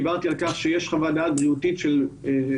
דיברתי על כך שיש חוות דעת בריאותית של דוקטור